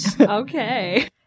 Okay